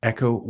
Echo